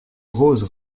rose